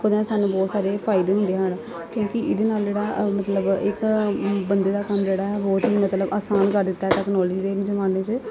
ਉਹਦੇ ਨਾਲ ਸਾਨੂੰ ਬਹੁਤ ਸਾਰੇ ਫਾਇਦੇ ਹੁੰਦੇ ਹਨ ਕਿਉਂਕਿ ਇਹਦੇ ਨਾਲ ਜਿਹੜਾ ਮਤਲਬ ਇੱਕ ਬੰਦੇ ਦਾ ਕੰਮ ਜਿਹੜਾ ਬਹੁਤ ਹੀ ਮਤਲਬ ਆਸਾਨ ਕਰ ਦਿੱਤਾ ਟੈਕਨੋਲੋਜੀ ਦੇ ਜਮਾਨੇ ਚ